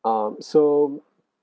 um so